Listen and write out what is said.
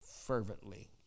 fervently